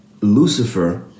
Lucifer